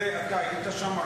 אתה היית שם,